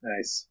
Nice